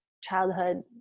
childhood